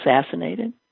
assassinated